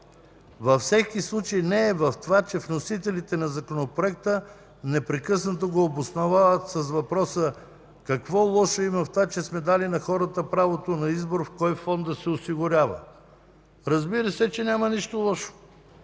Във всеки случай не е в това, че вносителите на Законопроекта непрекъснато го обосновават с въпроса: какво лошо има в това, че сме дали на хората правото на избор в кой фонд да се осигуряват? Разбира се, че няма нищо лошо.